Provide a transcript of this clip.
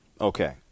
Okay